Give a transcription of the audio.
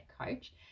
coach